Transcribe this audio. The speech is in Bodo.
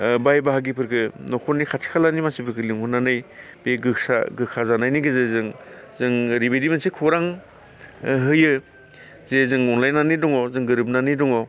ओ बाय बाहागिफोरखो न'खरनि खाथि खालानि मानसिफोरखो लिंहरनानै बे गोसा गोखा जानायनि गेजेरजों जों ओरैबायदि मोनसे खौरां होयो जे जों अनलायनानै दङ जों गोरोबनानै दङ